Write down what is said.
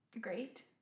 great